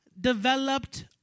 developed